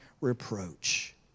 reproach